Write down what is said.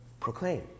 Proclaim